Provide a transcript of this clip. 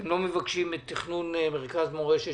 אתם לא מבקשים את תכנון מרכז מורשת